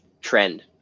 trend